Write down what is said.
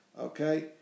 Okay